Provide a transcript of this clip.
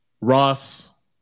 Ross